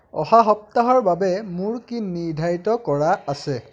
অহা সপ্তাহৰ বাবে মোৰ কি নিৰ্ধাৰিত কৰা আছে